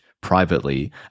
privately